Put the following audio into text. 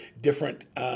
different